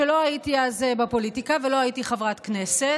שלא הייתי אז בפוליטיקה ולא הייתי חברת כנסת,